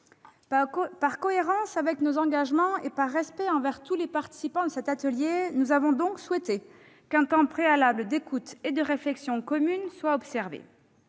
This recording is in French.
Par cohérence avec nos engagements et par respect envers tous les participants de cet atelier, nous avons donc souhaité qu'un temps préalable d'écoute et de réflexion commune soit observé.